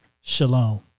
Shalom